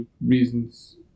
reasons